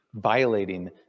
violating